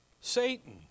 Satan